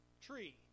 tree